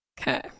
Okay